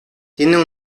tiene